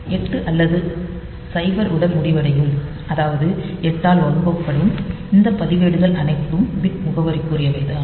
8 அல்லது 0 உடன் முடிவடையும் அதாவது 8 ஆல் வகுக்கப்படும் இந்த பதிவேடுகள் அனைத்தும் பிட் முகவரிக்குரியவைதான்